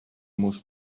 most